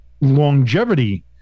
longevity